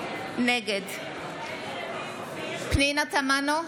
נגד פנינה תמנו,